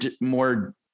more